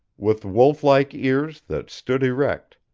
with wolf-like ears that stood erect,